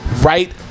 Right